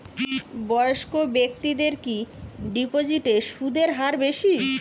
বয়স্ক ব্যেক্তিদের কি ডিপোজিটে সুদের হার বেশি?